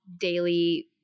daily